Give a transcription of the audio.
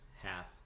half